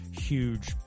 huge